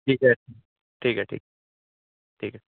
जी sir ठीक है ठीक ठीक है